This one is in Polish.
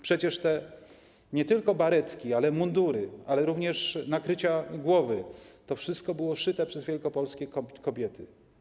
Przecież te nie tylko baretki, ale mundury, ale również nakrycia głowy - to wszystko było szyte przez wielkopolskie kobiety.